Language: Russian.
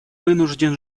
вынужден